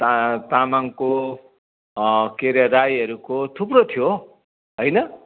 ता तामाङको के अरे राईहरूको थुप्रो थियो हैन